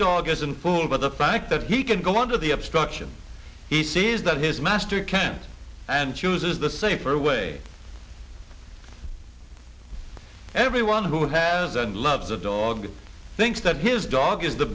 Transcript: dog isn't fooled by the fact that he can go under the obstruction he sees that his master can't and chooses the safer way everyone who has that love the dog thinks that his dog is the